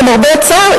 למרבה הצער,